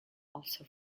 also